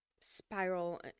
spiral